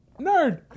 Nerd